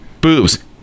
Boobs